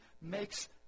makes